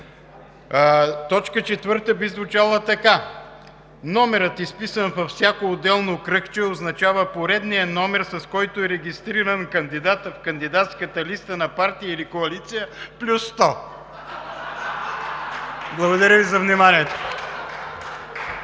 Точка 4 би звучала така: „Номерът, изписан във всяко отделно кръгче, означава поредния номер, с който е регистриран кандидатът в кандидатската листа на партия или коалиция плюс 100“. Благодаря Ви за вниманието.